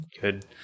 good